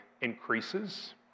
increases